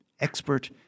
expert